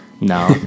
no